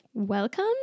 Welcome